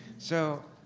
so,